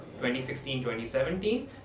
2016-2017